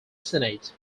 senate